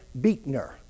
Beekner